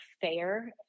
fair